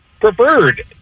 preferred